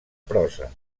prosa